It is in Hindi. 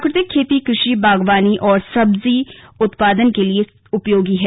प्राकृतिक खेती कृषि बागवानी और सब्जी उत्पादन के लिए उपयोगी है